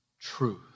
truth